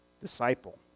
disciple